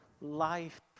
life